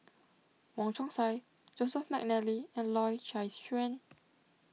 Wong Chong Sai Joseph McNally and Loy Chye Chuan